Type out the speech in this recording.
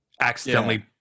accidentally